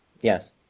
Yes